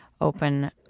open